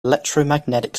electromagnetic